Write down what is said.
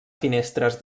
finestres